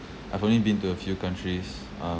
I've only been to a few countries